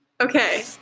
okay